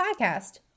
Podcast